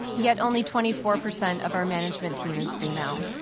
yet only twenty four percent of our management team is female.